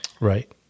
Right